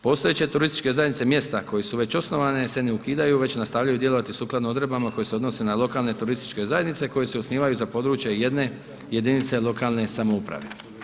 Postojeće turističke zajednice mjesta koje su već osnovane se ne ukidaju već nastavljaju djelovati sukladno odredbama koje se odnose na lokalne turističke zajednice koje se osnivaju za područje jedne jedinice lokalne samouprave.